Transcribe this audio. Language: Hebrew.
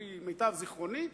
לפי מיטב זיכרוני,